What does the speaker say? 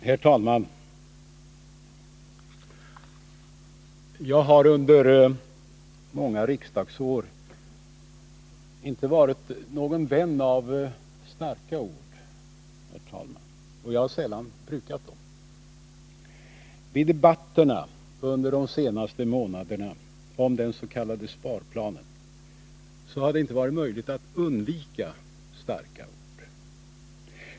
Herr talman! Jag har under många riksdagsår inte varit någon vän av starka ord, och jag har sällan brukat dem. Vid debatterna under de senaste månaderna om den s.k. sparplanen har det emellertid inte varit möjligt att undvika starka ord.